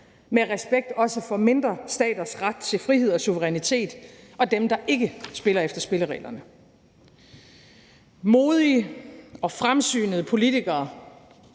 med respekt for også mindre staters ret til frihed og suverænitet, og dem, der ikke spiller efter spillereglerne. Modige og fremsynede politikere